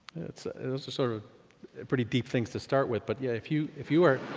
it is a sort of pretty deep things to start with but yeah, if you if you are.